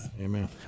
amen